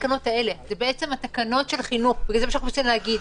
בתקנות החינוך כתוב שהוראה מתקנת אסורה.